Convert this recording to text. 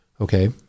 Okay